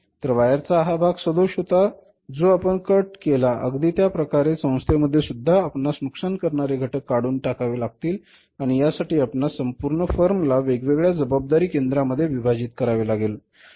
तर वायरचा हा भाग सदोष होता जो आपण कट केला अगदी त्या प्रकारेच संस्थेमध्ये सुद्धा आपणास नुकसान करणारे घटक काढून टाकावे लागतील आणि यासाठी आपणास संपूर्ण फर्म ला वेगवेगळ्या जबाबदारी केंद्रांमध्ये विभाजित करावे लागेल